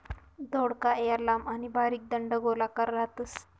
दौडका या लांब आणि बारीक दंडगोलाकार राहतस